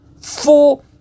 Four